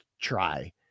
try